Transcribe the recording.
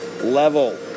level